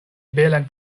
belan